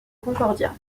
concordia